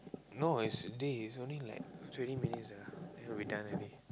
no it's dey it's only like twenty minutes ah then we done already